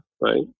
right